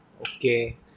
Okay